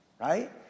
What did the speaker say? Right